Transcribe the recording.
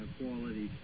quality